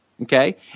Okay